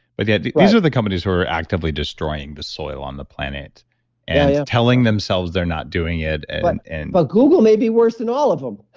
but yeah these are the companies who are actively destroying the soil on the planet and yeah telling themselves they're not doing it and and but google may be worse than all of them